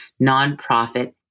nonprofit